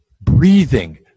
breathing